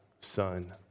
son